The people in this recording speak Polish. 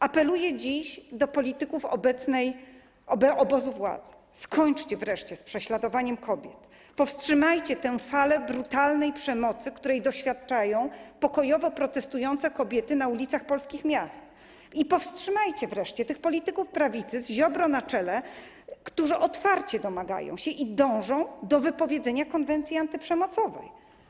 Apeluję dziś do polityków obozu władzy: skończcie wreszcie z prześladowaniem kobiet, powstrzymajcie tę falę brutalnej przemocy, której doświadczają pokojowo protestujące kobiety na ulicach polskich miast, i powstrzymajcie wreszcie tych polityków prawicy, z Ziobrą na czele, którzy otwarcie domagają się i dążą do wypowiedzenia konwencji antyprzemocowej.